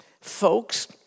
Folks